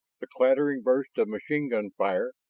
the chattering burst of machine-gun fire,